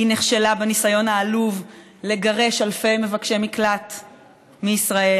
היא נכשלה בניסיון העלוב לגרש אלפי מבקשי מקלט מישראל,